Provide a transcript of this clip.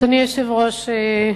אדוני היושב-ראש,